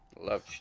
Love